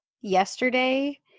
yesterday